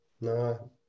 No